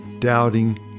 doubting